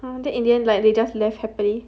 !huh! then in the end they just left happily